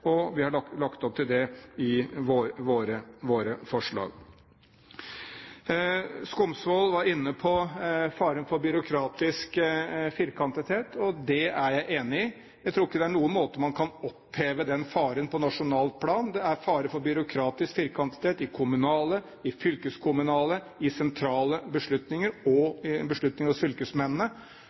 og vi har lagt opp til det i våre forslag. Skumsvoll var inne på faren for byråkratisk firkantethet, og det er jeg enig i. Jeg tror ikke det er noen måte man kan oppheve den faren på nasjonalt plan på. Det er fare for byråkratisk firkantethet i kommunale, i fylkeskommunale, i sentrale beslutninger og i beslutninger hos fylkesmennene.